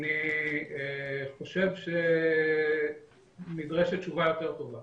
אני חושב שנדרשת תשובה יותר טובה.